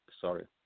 sorry